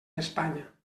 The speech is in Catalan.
espanya